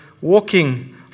walking